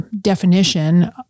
definition